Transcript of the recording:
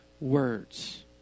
words